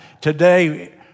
Today